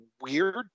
weird